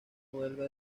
huelga